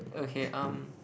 okay um